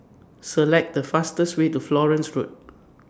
Select The fastest Way to Florence Road